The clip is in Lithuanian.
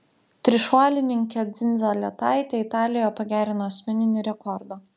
trišuolininkė dzindzaletaitė italijoje pagerino asmeninį rekordą